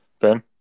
ben